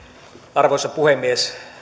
arvoisa puhemies